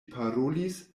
parolis